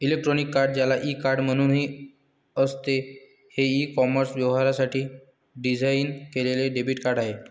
electronic card, ज्याला e card म्हणूनही असते, हे ई कॉमर्स व्यवहारांसाठी डिझाइन केलेले डेबिट कार्ड आहे